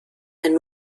and